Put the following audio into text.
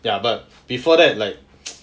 ya but before that like